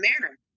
manner